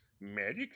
Magic